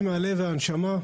ועובדים מהלב ומהנשמה.